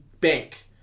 bank